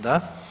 Da.